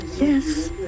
yes